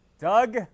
Doug